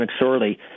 McSorley